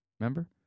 Remember